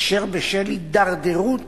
אשר בשל הידרדרות